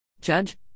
Judge